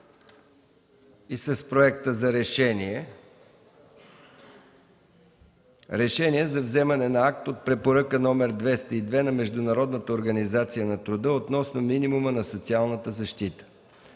проект на решение за вземане на акт от Препоръка № 202 на Международната организация на труда относно минимума на социалната защита,